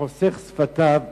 וחושך שפתיו משכיל.